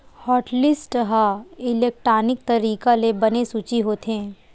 hotlist ह electronic तरीका ले बने सूची होथे